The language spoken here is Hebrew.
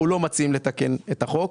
אנחנו לא מציעים לתקן את החוק,